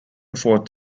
fort